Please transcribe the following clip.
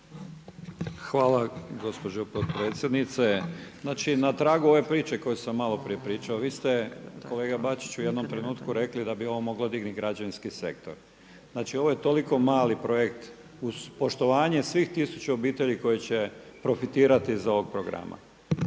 Hvala gospođo potpredsjednice. Znači na tragu ove priče koju sam malo prije pričao, vi ste kolega Bačiću u jednom trenutku rekli da bi ovo moglo dignuti građevinski sektor. Znači ovo je toliko mali projekt uz poštovanje tisuću obitelji koje će profitirati iz ovog programa.